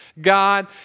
God